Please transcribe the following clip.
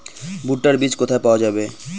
ভুট্টার বিজ কোথায় পাওয়া যাবে?